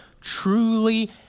truly